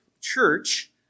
church